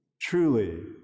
truly